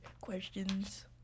questions